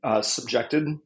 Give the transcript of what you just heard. subjected